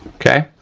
okay,